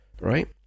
right